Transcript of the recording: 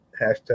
hashtag